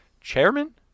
chairman